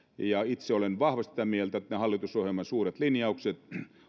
itse olen vahvasti sitä mieltä että ne hallitusohjelman suuret linjaukset